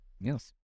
Yes